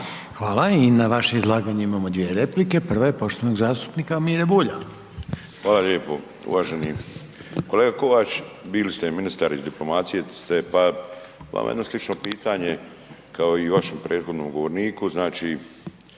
Hvala i na vaše izlaganje imamo 2 replike, prva je poštovanog zastupnika Mire Bulja. **Bulj, Miro (MOST)** Hvala lijepo. Uvaženi kolega Kovač, bili ste ministar iz diplomacije pa vama jedno slično pitanje kao i vašem prethodnom govorniku,